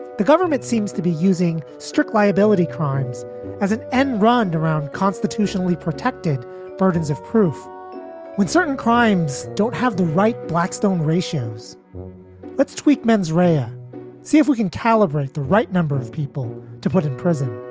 the government seems to be using strict liability crimes as an end run around constitutionally protected burdens of proof with certain crimes. don't have the right blackstone ratios let's tweak mens rea to um see if we can calibrate the right number of people to put in prison